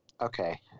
Okay